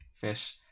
fish